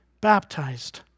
baptized